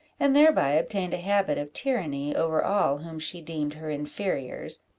and thereby obtained a habit of tyranny over all whom she deemed her inferiors,